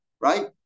right